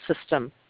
system